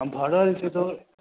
भरल छै तऽ